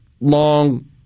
long